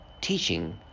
teaching